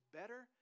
better